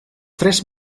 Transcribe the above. tres